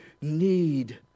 need